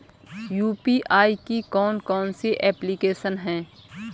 UPI की कौन कौन सी एप्लिकेशन हैं?